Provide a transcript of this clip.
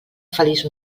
feliç